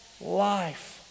life